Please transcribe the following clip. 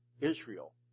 Israel